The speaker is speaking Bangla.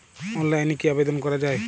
অনলাইনে কি আবেদন করা য়ায়?